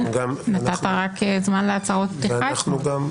כן, נתת רק זמן להצהרות פתיחה אתמול.